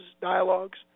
dialogues